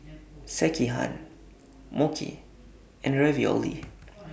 Sekihan Mochi and Ravioli